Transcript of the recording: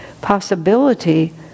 possibility